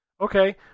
Okay